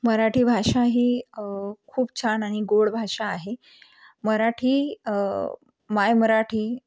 मराठी भाषा ही खूप छान आणि गोड भाषा आहे मराठी माय मराठी